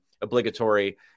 obligatory